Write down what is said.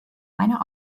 meiner